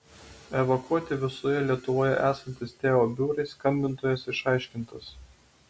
evakuoti visoje lietuvoje esantys teo biurai skambintojas išaiškintas